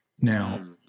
Now